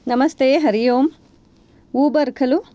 नमस्ते हरि ओं ऊबर् खलु